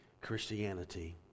Christianity